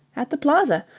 at the plaza.